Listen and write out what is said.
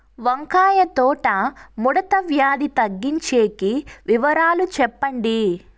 వంకాయ తోట ముడత వ్యాధి తగ్గించేకి వివరాలు చెప్పండి?